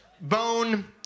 bone